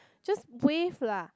just wave lah